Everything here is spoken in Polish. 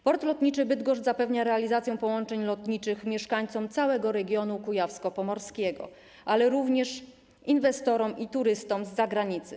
Port Lotniczy Bydgoszcz zapewnia realizację połączeń lotniczych mieszkańcom całego regionu kujawsko-pomorskiego, ale również inwestorom i turystom z zagranicy.